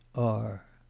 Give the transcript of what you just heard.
r